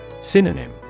Synonym